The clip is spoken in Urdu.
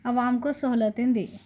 عوام کو سہولیتیں دے